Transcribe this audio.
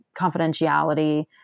confidentiality